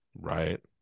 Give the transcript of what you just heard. Right